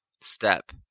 step